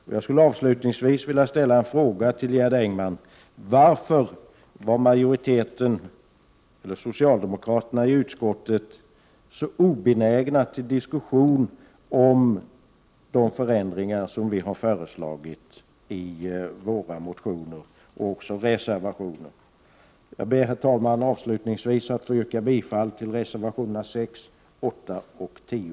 Innan jag slutar vill jag ställa en fråga till Gerd Engman: Varför ä' socialdemokraterna i utskottet så obenägna till diskussion om de förändring ar som vi har föreslagit i våra motioner och också reservationer? Jag ber, herr talman, avslutningsvis att få yrka bifall till reservationerna 6 8 och 10.